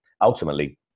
ultimately